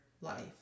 life